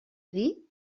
dir